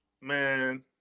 Man